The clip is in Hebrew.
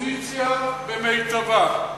האופוזיציה במיטבה.